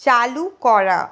চালু করা